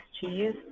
cheese